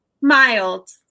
mild